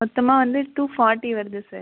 மொத்தமாக வந்து two forty வருது சார்